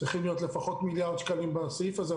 אני חושב שצריכים להיות לפחות מיליארד שקלים בסעיף הזה,